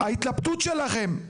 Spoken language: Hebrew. ההתלבטות שלכם,